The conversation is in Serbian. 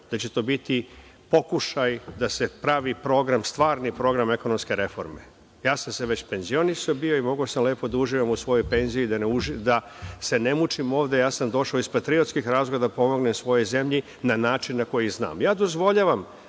da će to biti pokušaj da se pravi program, stvarni program ekonomske reforme. Ja sam se već penzionisao bio i mogao sam lepo da uživam u svojoj penziji da se ne mučim ovde, ja sam došao iz patriotskih razloga da pomognem svojoj zemlji na način na koji znam. Ja dozvoljavam